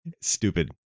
stupid